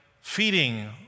feeding